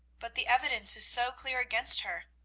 but the evidence is so clear against her,